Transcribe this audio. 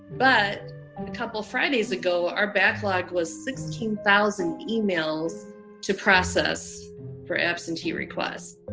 but a couple fridays ago, our backlog was sixteen thousand emails to process for absentee requests